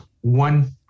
one